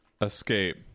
escape